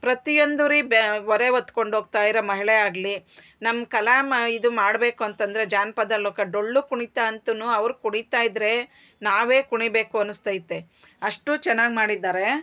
ಪ್ರತಿಯೊಂದು ರೀ ಬೆ ಹೊರೆ ಹೊತ್ಕೊಂಡ್ ಹೋಗ್ತಾಯಿರೋ ಮಹಿಳೆ ಆಗಲಿ ನಮ್ಮ ಕಲಾ ಇದು ಮಾಡಬೇಕು ಅಂತಂದರೆ ಜಾನಪದ ಲೋಕ ಡೊಳ್ಳು ಕುಣಿತ ಅಂತು ಅವ್ರ ಕುಣಿತ ಇದ್ರೆ ನಾವೇ ಕುಣಿಬೇಕು ಅನಿಸ್ತೈತೆ ಅಷ್ಟು ಚೆನ್ನಾಗ್ ಮಾಡಿದ್ದಾರೆ